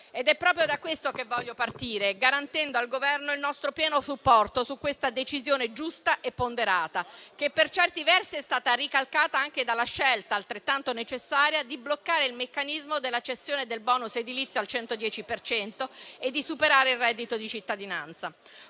È proprio da questo che voglio partire, garantendo al Governo il nostro pieno supporto su questa decisione giusta e ponderata, che per certi versi è stata ricalcata anche dalla scelta - altrettanto necessaria - di bloccare il meccanismo della cessione del bonus edilizia al 110 per cento e di superare il reddito di cittadinanza.